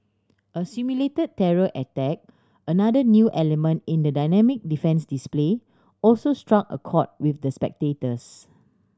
a simulated terror attack another new element in the dynamic defence display also struck a chord with the spectators